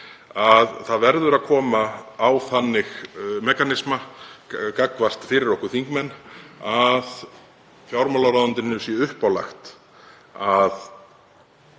það verður að koma á þannig mekanisma fyrir okkur þingmenn að fjármálaráðuneytinu sé uppálagt að